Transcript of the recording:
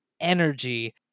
Energy